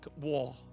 war